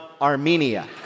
Armenia